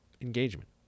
engagement